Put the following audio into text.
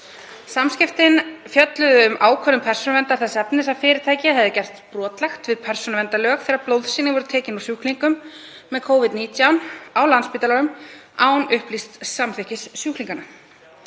Samskiptin fjölluðu um ákvörðun Persónuverndar þess efnis að fyrirtækið hefði gerst brotlegt við persónuverndarlög þegar blóðsýni voru tekin úr sjúklingum með Covid-19 á Landspítalanum án upplýsts samþykkis sjúklinganna.